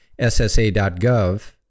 ssa.gov